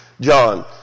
John